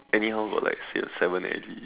anyhow got like six seven alley